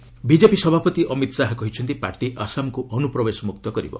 BJP Amit Shah BJP ସଭାପତି ଅମିତ ଶାହା କହିଛନ୍ତି party ଆସାମକୁ ଅନୁପ୍ରବେଶ ମୁକ୍ତ କରିବ